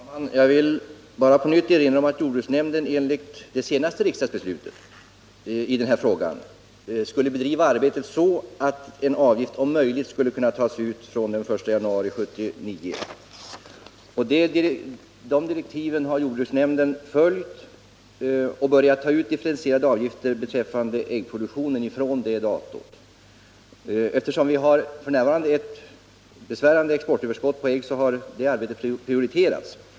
Herr talman! Jag vill bara på nytt erinra om att jordbruksnämnden enligt det senaste riksdagsbeslutet i denna fråga skulle bedriva arbetet så, att en avgift om möjligt skulle kunna tas ut från den 1 januari 1979. Det direktivet har jordbruksnämnden följt och har från det datumet börjat ta ut differentierade avgifter inom äggproduktionen. Eftersom vi f. n. har ett besvärande exportöverskott på ägg har det arbetet prioriterats.